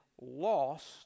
lost